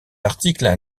article